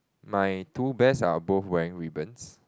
my two bears are both wearing ribbons